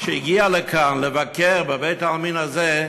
שהגיע לכאן, לבקר בבית-העלמין הזה,